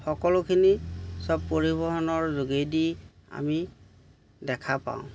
সকলোখিনি চব পৰিবহণৰ যোগেদিয়েই আমি দেখা পাওঁ